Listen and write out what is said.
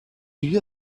you